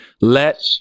Let